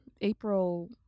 April